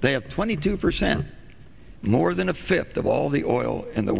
they have twenty two percent more than a fifth of all the oil in the